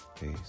Peace